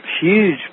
huge